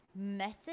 message